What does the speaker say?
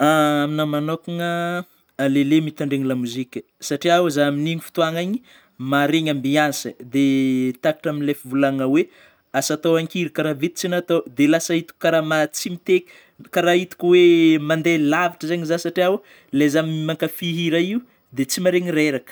Aminahy manokagna aleoleo mitandregny lamoziky satria o zaho amin'igny fotôagna igny maregny ambiansy dia takitra amin'ilay fivôlagnana hoe asa atao an-kira karaha vita tsy natao dia lasa itako karaha maha- tsy miteky, karaha itako hoe mandeha lavitra zegny zaho satria ilay zaho manlafy hira io dia tsy maregny reraka.